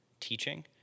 teaching